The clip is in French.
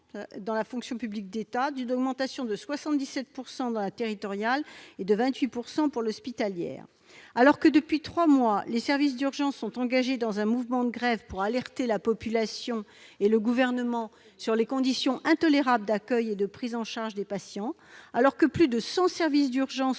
dans la fonction publique de l'État, de 77 % dans la territoriale et de 28 % pour l'hospitalière. Alors que, depuis trois mois, les services d'urgences sont engagés dans un mouvement de grève pour alerter la population et le Gouvernement sur les conditions intolérables d'accueil et de prise en charge des patients, alors que plus de cent services d'urgences